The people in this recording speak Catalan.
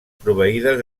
proveïdes